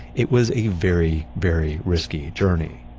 it was a very, very risky journey.